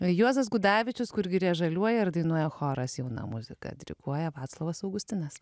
juozas gudavičius kur giria žaliuoja ir dainuoja choras jauna muzika diriguoja vaclovas augustinas